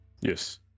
Yes